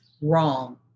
wrong